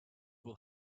will